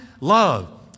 love